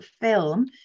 film